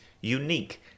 unique